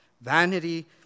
Vanity